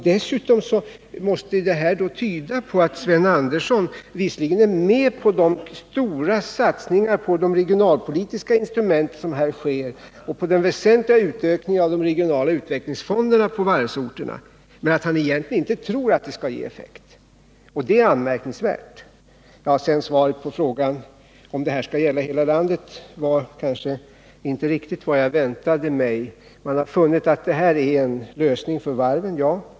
Dessutom måste det här tyda på att Sven Andersson visserligen är med på de stora satsningarna på de regionalpolitiska instrumenten såsom här sker och på den väsentliga ökningen av de regionala utvecklingsfonderna på varvsorterna men att han egentligen inte tror att det skall ge effekt. Det är anmärkningsvärt. Svaret på frågan om detta med anställningsgaranti skall gälla hela landet var kanske inte riktigt vad jag hade väntat mig. Man har funnit att det här är en lösning för varven, sade Sven Andersson.